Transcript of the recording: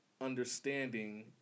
understanding